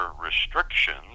restrictions